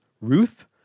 Ruth